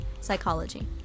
psychology